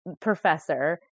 professor